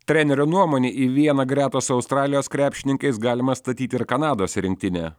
trenerio nuomone į vieną gretą su australijos krepšininkais galima statyti ir kanados rinktinę